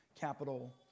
capital